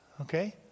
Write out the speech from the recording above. Okay